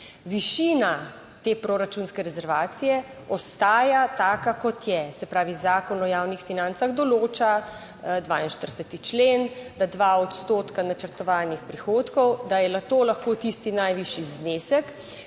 Višina te proračunske rezervacije ostaja taka, kot je. Se pravi, Zakon o javnih financah določa, 42. člen, da 2 odstotka načrtovanih prihodkov, da je to lahko tisti najvišji znesek,